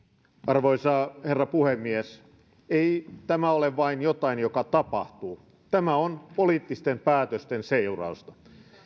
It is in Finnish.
arvoisa herra puhemies ei tämä ole vain jotain joka tapahtuu tämä on poliittisten päätösten seurausta